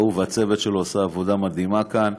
הוא והצוות שלו עשו עבודה מדהימה כאן,